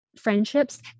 friendships